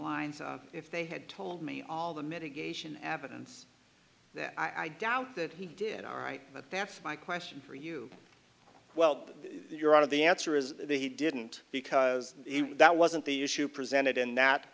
lines of if they had told me all the mitigation evidence that i doubt that he did all right but that's my question for you well you're out of the answer is that he didn't because that wasn't the issue presented in that